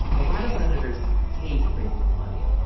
a lot of senators hate raising the money.